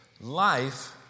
Life